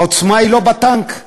העוצמה היא לא בטנק,